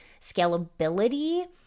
scalability